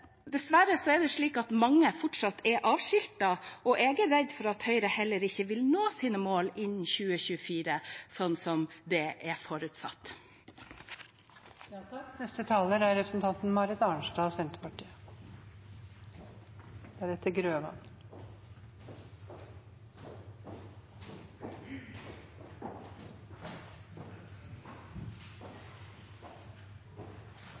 Dessverre er fortsatt mange avskiltet, og jeg er redd for at Høyre heller ikke vil nå sine mål innen 2024, som er forutsatt. Jeg er glad for at representanten Mathilde Tybring-Gjedde nå slår fast at Senterpartiet